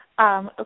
Okay